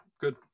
Good